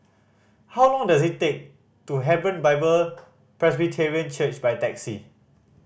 how long does it take to Hebron Bible Presbyterian Church by taxi